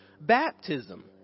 baptism